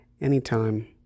anytime